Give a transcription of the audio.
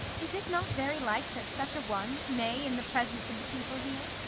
is it not very like that such a one may, in the presence of the people here,